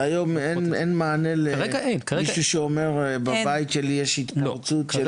אז היום אין מענה למישהו שאומר: בבית שלי יש התפרצות של עניין נפשי?